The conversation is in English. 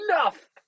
enough